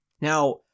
Now